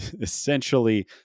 essentially